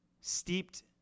steeped